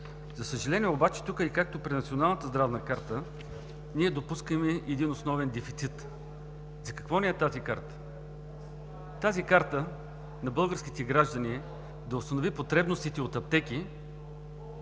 За съжаление обаче тук, както и при Националната здравна карта, ние допускаме един основен дефицит – за какво ни е тази карта? Тази карта е да установи потребностите на